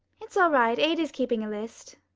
it's all right. ada's keeping a list.